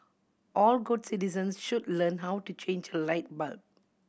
all good citizens should learn how to change a light bulb